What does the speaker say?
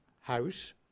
house